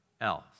else